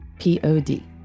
p-o-d